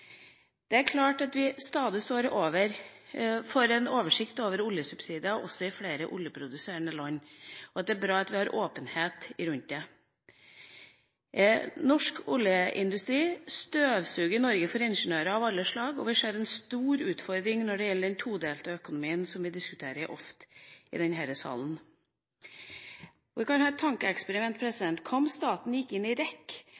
Det er klart at vi stadig står overfor en oversikt over oljesubsidier også i flere oljeproduserende land, og at det er bra at vi har åpenhet rundt det. Norsk oljeindustri støvsuger Norge for ingeniører av alle slag, og vi ser en stor utfordring når det gjelder den todelte økonomien, som vi ofte diskuterer i denne salen. Vi kan gjøre et tankeeksperiment. Hva om staten gikk inn i